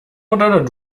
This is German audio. oder